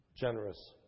generous